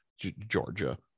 Georgia